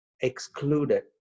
excluded